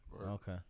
Okay